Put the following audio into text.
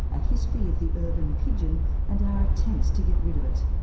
a history of the urban pigeon and our attempts to get rid of it.